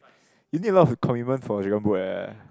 you did a lot of commitments for dragon boat eh